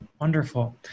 Wonderful